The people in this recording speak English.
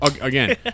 Again